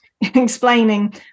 explaining